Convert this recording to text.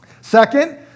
Second